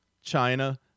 China